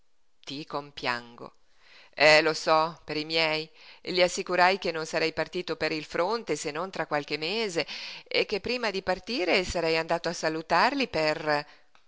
perché ti compiango eh lo so per i miei i assicurai che non sarei partito per il fronte se non tra qualche mese e che prima di partire sarei andato a salutarli per